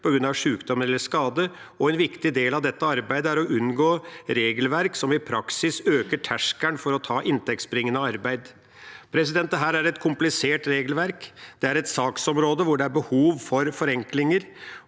på grunn av sjukdom eller skade. En viktig del av dette arbeidet er å unngå regelverk som i praksis øker terskelen for å ta inntektsbringende arbeid. Dette er et komplisert regelverk. Det er et saksområde hvor det er behov for forenklinger,